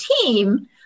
team